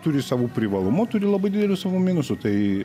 turi savų privalumų turi labai didelių savo minusų tai